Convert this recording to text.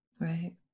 Right